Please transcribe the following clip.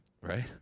right